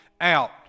out